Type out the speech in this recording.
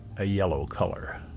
a yellow color.